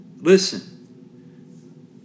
Listen